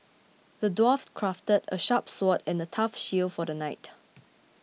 the dwarf crafted a sharp sword and a tough shield for the knight